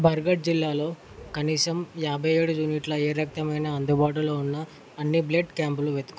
బార్గఢ్ జిల్లాలో కనీసం యాభై ఏడు యూనిట్ల ఏ రక్తమైన అందుబాటులో ఉన్న అన్ని బ్లడ్ క్యాంపులు వెతుకు